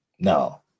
No